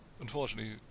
Unfortunately